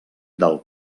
del